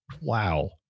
Wow